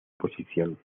posición